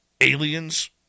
aliens